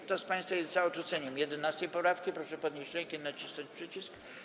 Kto z państwa jest za odrzuceniem 11. poprawki, proszę podnieść rękę i nacisnąć przycisk.